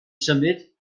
symud